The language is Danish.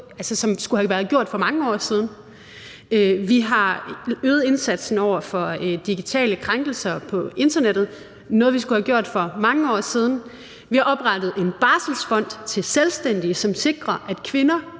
som skulle have været gjort for mange år siden. Vi har øget indsatsen over for digitale krænkelser på internettet – noget, vi skulle have gjort for mange år siden. Vi har oprettet en barselsfond til selvstændige, som sikrer, at i